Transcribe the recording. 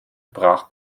brach